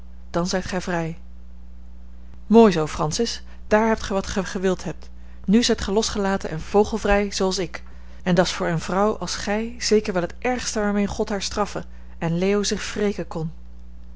dan zijt gij vrij mooi zoo francis daar hebt gij wat gij gewild hebt nu zijt gij losgelaten en vogelvrij zooals ik en dat's voor eene vrouw als gij zeker wel het ergste waarmee god haar straffen en leo zich wreken kon